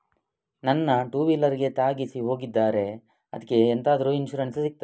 ನನ್ನ ಟೂವೀಲರ್ ಗೆ ತಾಗಿಸಿ ಹೋಗಿದ್ದಾರೆ ಅದ್ಕೆ ಎಂತಾದ್ರು ಇನ್ಸೂರೆನ್ಸ್ ಸಿಗ್ತದ?